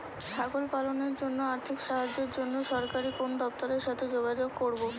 ছাগল পালনের জন্য আর্থিক সাহায্যের জন্য সরকারি কোন দপ্তরের সাথে যোগাযোগ করব?